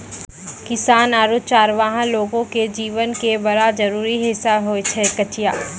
किसान आरो चरवाहा लोगो के जीवन के बड़ा जरूरी हिस्सा होय छै कचिया